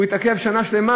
הוא התעכב שנה שלמה,